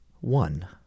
one